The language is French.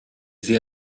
vit